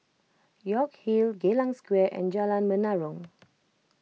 York Hill Geylang Square and Jalan Menarong